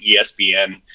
ESPN